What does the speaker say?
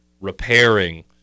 repairing